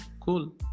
cool